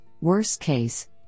worst-case